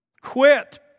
Quit